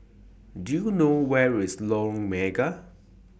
Do YOU know Where IS Lorong Mega